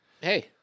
Hey